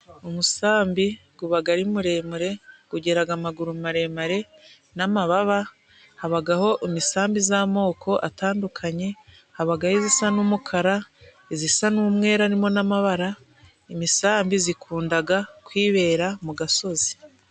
Umusambi gubaga ari muremure, gugiraga amaguru maremare n'amababa, habagaho imisambi z'amoko atandukanye habagaho izisa n'umukara, izisa n'umwerimu urimo n'amabara. Imisambi zikundaga kwibera mu gasozi.